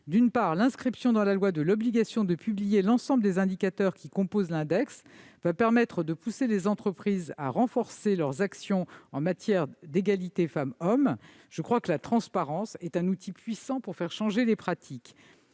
D'une part, l'inscription dans la loi de l'obligation de publier l'ensemble des indicateurs qui composent l'index permettra d'inciter les entreprises à renforcer leurs actions en matière d'égalité femmes-hommes. Je crois que la transparence est un outil puissant pour faire changer les pratiques.